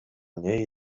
niej